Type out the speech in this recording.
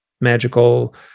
magical